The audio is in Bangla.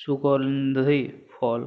সুগল্ধি ফল